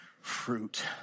fruit